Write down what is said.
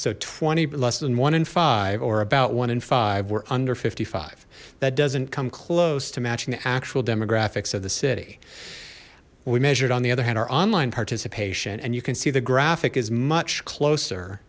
twenty less than one in five or about one in five were under fifty five that doesn't come close to matching the actual demographics of the city we measured on the other hand our online participation and you can see the graphic is much closer